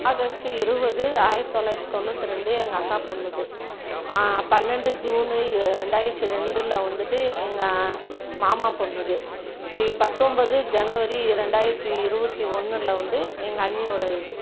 August இருபது ஆயிரத்தி தொள்ளாயிரத்தி தொண்ணூற்றி ரெண்டு எங்கள் அக்கா பெண்ணுது பன்னெரெண்டு ஜூனு ரெண்டாயிரத்தி ரெண்டில் வந்துட்டு எங்கள் மாமா பெண்ணுது பத்தொன்பது ஜனவரி ரெண்டாயிரத்தி இருபத்தி ஒன்றுல வந்து எங்கள் அண்ணியோடய இது